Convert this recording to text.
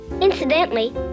Incidentally